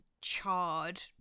charred